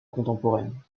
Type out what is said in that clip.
contemporaine